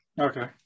Okay